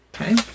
Okay